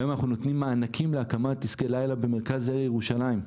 היום אנחנו נותנים מענקים להקמת עסקי לילה במרכז העיר ירושלים.